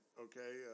okay